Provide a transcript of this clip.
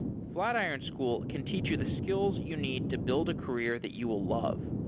flatiron school can teach you the skills you need to build a career that you will love.